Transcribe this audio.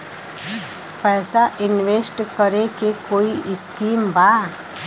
पैसा इंवेस्ट करे के कोई स्कीम बा?